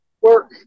work